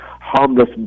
harmless